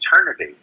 eternity